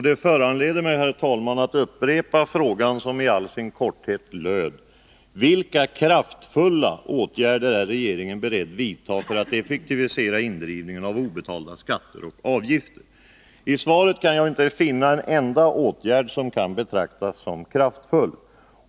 Det föranleder mig, herr talman, att upprepa frågan, som i all sin korthet löd: ”Vilka kraftfulla åtgärder avser regeringen vidta för att effektivisera indrivningen av obetalda skatter och avgifter?” I svaret kan jag inte finna en enda åtgärd som kan betraktas som kraftfull.